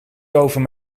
doven